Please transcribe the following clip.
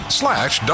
slash